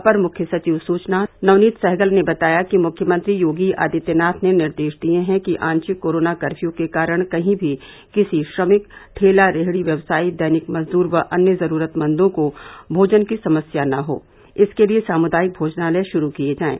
अपर मुख्य सचिव सुचना नवनीत सहगल ने बताया कि मुख्यमंत्री योगी आदित्यनाथ ने निर्देश दिये है कि आशिक कोरोना कर्फ्यू के कारण कही भी किसी श्रमिक ठेला रेहड़ी व्यवसायी दैनिक मजदूर व अन्य जरूरतमंदों को भोजन की समस्या न हो इसके लिये सामुदायिक भोजनालय शुरू किये जायें